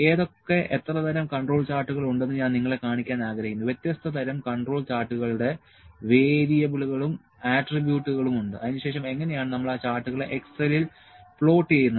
ഏതൊക്കെ എത്ര തരം കൺട്രോൾ ചാർട്ടുകൾ ഉണ്ടെന്ന് ഞാൻ നിങ്ങളെ കാണിക്കാൻ ആഗ്രഹിക്കുന്നു വ്യത്യസ്ത തരം കൺട്രോൾ ചാർട്ടുകളുടെ വേരിയബിളുകളും ആട്രിബ്യൂട്ടുകളും ഉണ്ട് അതിനുശേഷം എങ്ങനെയാണ് നമ്മൾ ആ ചാർട്ടുകളെ excel ൽ പ്ലോട്ട് ചെയ്യുന്നത്